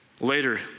Later